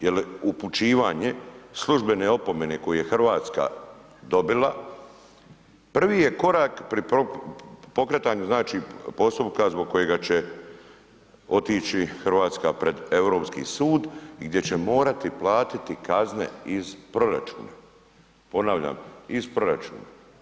Jer upućivanje službene opomene koju je Hrvatska dobila prvi je korak pri pokretanju znači postupka zbog kojega će otići Hrvatska pred Europski sud i gdje će morati platiti kazne iz proračuna, ponavljam iz proračuna.